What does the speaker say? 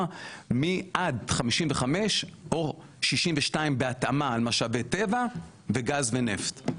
מעד 55 או 62 בהתאמה על משאבי טבע בגז ונפט.